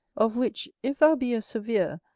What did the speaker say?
of which, if thou be a severe,